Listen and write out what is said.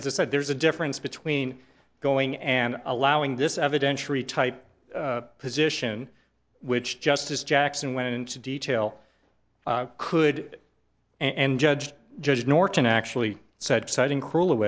as i said there's a difference between going and allowing this evidentiary type position which justice jackson went into detail could and judge judge norton actually said citing cruel